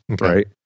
Right